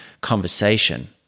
conversation